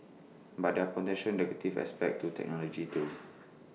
but there A potential negative aspect to technology too